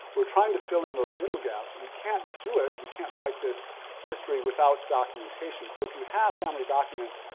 we're trying to fill in those middle gaps. we can't do it, we can't write this history without documentation. so, if you have family documents,